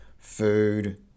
food